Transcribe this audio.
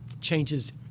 changes